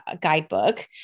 guidebook